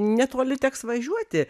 netoli teks važiuoti